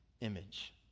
image